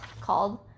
called